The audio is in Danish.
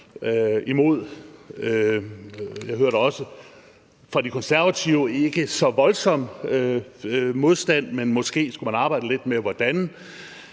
imod, og jeg hørte også fra De Konservatives side ikke så voldsom en modstand, men måske skulle man arbejde lidt med hvordan,